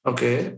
Okay